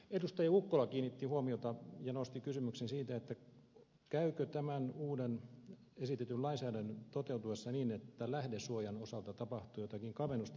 ukkola kiinnitti huomiota ja nosti esiin kysymyksen siitä käykö tämän uuden esitetyn lainsäädännön toteutuessa niin että lähdesuojan osalta tapahtuu jotakin kavennusta